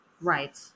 Right